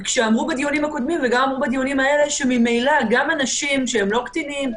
כשאמרו בדיונים הקודמים שממילא גם אנשים שאינם קטינים,